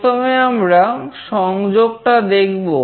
প্রথমে আমরা সংযোগটা দেখব